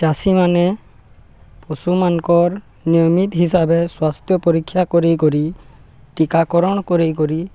ଚାଷୀମାନେ ପଶୁମାନଙ୍କର୍ ନିୟମିତ ହିସାବବେ ସ୍ୱାସ୍ଥ୍ୟ ପରୀକ୍ଷା କରି କରି ଟିକାକରଣ କରେଇ କରି